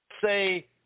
say